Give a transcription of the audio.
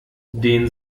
den